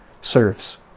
serves